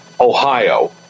Ohio